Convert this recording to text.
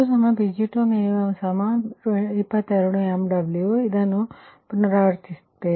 ಆದ್ದರಿಂದ ಇದು ನಿಮ್ಮ Pg2Pg2min22 MW ಎಂದು ನಾನು ಪುನರಾವರ್ತಿಸುತ್ತೇನೆ